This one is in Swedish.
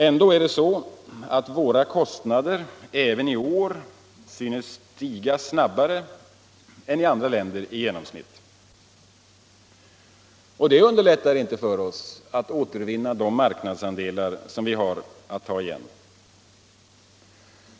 Ändå är det så att våra kostnader även i år synes stiga snabbare än i andra länder i genomsnitt. Detta underlättar inte för oss att återvinna de marknadsandelar som vi har att ta igen.